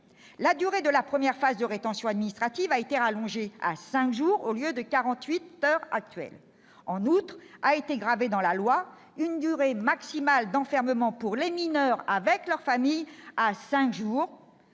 la durée de la première phase de rétention administrative a été rallongée à cinq jours, contre quarante-huit heures actuellement. En outre, a été gravée dans la loi une durée maximale d'enfermement pour les mineurs avec leur famille de cinq jours,